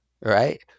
Right